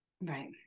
Right